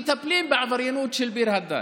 מטפלים בעבריינות של ביר הדאג'.